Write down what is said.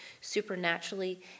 supernaturally